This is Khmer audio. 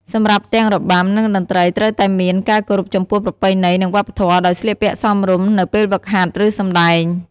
សម្រាប់ទាំងរបាំ និងតន្ត្រី ត្រូវតែមាន ការគោរពចំពោះប្រពៃណី និងវប្បធម៌ ដោយស្លៀកពាក់សមរម្យនៅពេលហ្វឹកហាត់ ឬសម្តែង។